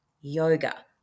yoga